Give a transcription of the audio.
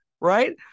right